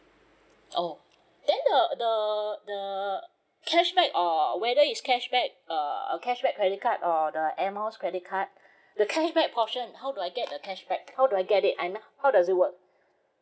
oh then the the the cashback or whether it's cashback uh cashback credit card or the air miles credit card the cashback portion how do I get the cashback how do I get it I mean how does it work